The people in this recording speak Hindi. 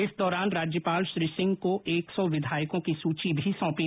इस दौरान राज्यपाल श्री सिंह को एक सौ विधायकों की सूची भी सौंपी